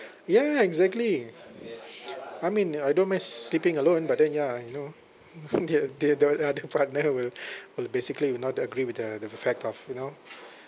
ya exactly I mean ya I don't mind s~ sleeping alone but then ya you know the the the the partner will will basically will not agree with the the the fact of you know